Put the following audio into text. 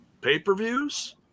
pay-per-views